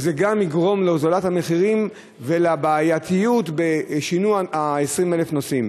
וזה גם יגרום להוזלת המחירים בשל הבעייתיות בשינוע 20,000 נוסעים.